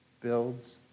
builds